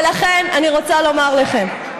ולכן אני רוצה לומר לכם: